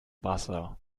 wasser